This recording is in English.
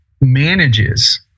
manages